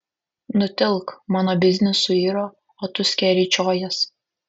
nutilk mano biznis suiro o tu skeryčiojies